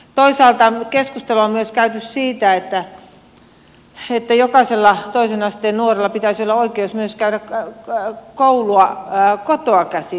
toisaalta keskustelua on käyty myös siitä että jokaisella toisen asteen nuorella pitäisi olla oi keus käydä koulua kotoa käsin